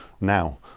now